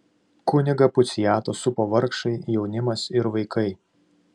kunigą puciatą supo vargšai jaunimas ir vaikai